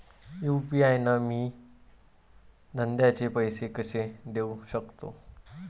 UPI न मी धंद्याचे पैसे कसे देऊ सकतो?